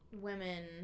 women